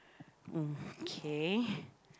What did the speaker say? mm k